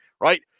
right